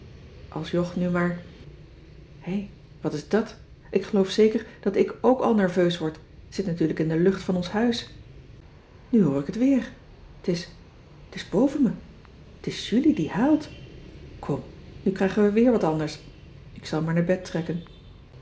als jog nu maar hé wat is dat ik geloof zeker dat ik ok al nerveus word t zit natuurlijk in de lucht van ons huis nu hoor ik t weer t is t is boven me t is julie die huilt kom nu krijgen we weer wat anders ik zal maar naar bed trekken